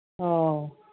ꯑꯥꯎ